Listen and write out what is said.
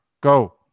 Go